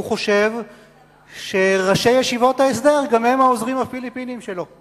הוא חושב שראשי ישיבות ההסדר גם הם העוזרים הפיליפינים שלו.